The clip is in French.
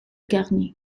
garni